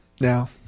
Now